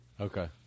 Okay